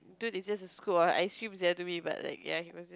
dude it's just a scoop of ice cream sia to me but like ya he was